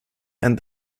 and